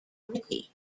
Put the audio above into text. witty